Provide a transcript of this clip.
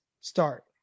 start